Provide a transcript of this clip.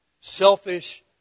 selfish